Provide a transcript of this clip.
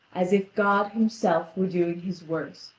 as if god himself were doing his worst,